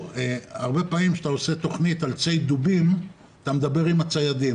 הרבה פעמים כשאתה עושה תוכנית על ציד דובים אתה מדבר על הציידים.